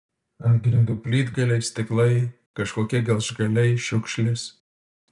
ant grindų plytgaliai stiklai kažkokie gelžgaliai šiukšlės